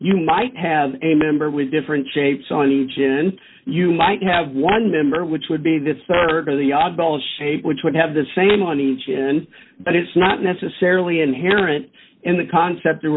you might have a member with different shapes on each event you might have one member which would be the rd or the oddball shape which would have the same on each end but it's not necessarily inherent in the concept of